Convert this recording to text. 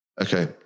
okay